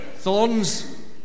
thorns